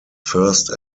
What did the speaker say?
first